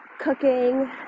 cooking